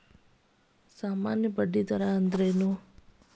ಸಾಮಾನ್ಯ ಬಡ್ಡಿ ದರ ಅಂದ್ರೇನ?